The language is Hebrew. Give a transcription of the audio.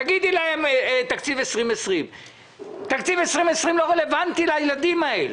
תגידי להם תקציב 2020. תקציב 2020 לא רלוונטי לילדים האלה.